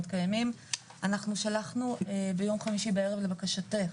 אני רוצה רק להגיד תודה לחברת הכנסת סטרוק,